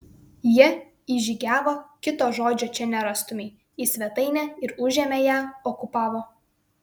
jie įžygiavo kito žodžio čia nerastumei į svetainę ir užėmė ją okupavo